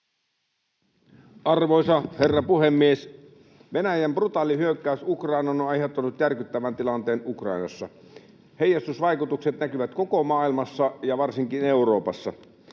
Arvoisa herra puhemies! Venäjän brutaali hyökkäys Ukrainaan on aiheuttanut järkyttävän tilanteen Ukrainassa. Heijastusvaikutukset näkyvät koko maailmassa ja varsinkin Euroopassa.